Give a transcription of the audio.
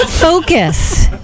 Focus